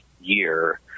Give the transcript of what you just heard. year